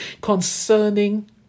concerning